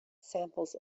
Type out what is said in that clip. samples